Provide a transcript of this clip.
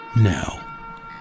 Now